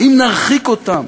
אם נרחיק אותם,